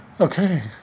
Okay